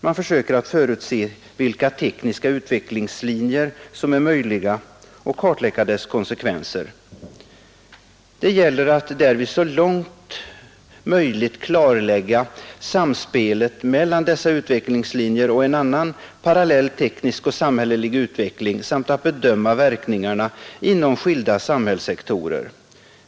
Man försöker förutse vilka tekniska utvecklingslinjer som är möjliga och kartlägga deras konsekvenser. Det gäller därvid att så långt som möjligt klarlägga samspelet mellan dessa utvecklingslinjer och annan parallell teknisk och samhällelig utveckling samt att bedöma verkningarna inom skilda samhällssektorer.